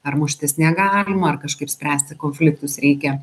ar muštis negalima ar kažkaip spręsti konfliktus reikia